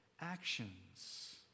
actions